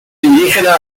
indígena